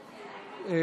השנייה.